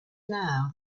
now